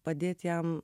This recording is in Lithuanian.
padėt jam